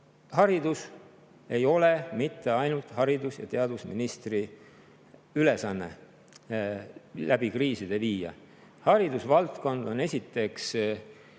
et ei ole mitte ainult haridus- ja teadusministri ülesanne haridus läbi kriiside viia. Haridusvaldkond on esiteks